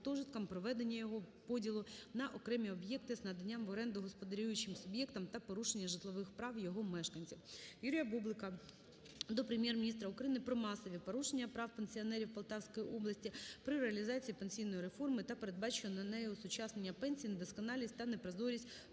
проведення його поділу на окремі об'єкти з наданням в оренду господарюючим суб'єктам та порушення житлових прав його мешканців. Юрія Бублика до Прем'єр-міністра України про масове порушення прав пенсіонерів Полтавської області при реалізації пенсійної реформи та передбаченого нею осучаснення пенсій, недосконалість та непрозорість